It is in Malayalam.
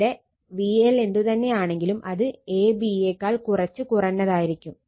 ഇവിടെ VL എന്തു തന്നെയാണെങ്കിലും അത് a b യേക്കാൾ കുറച്ച് കുറഞ്ഞതായിരിക്കും